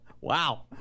Wow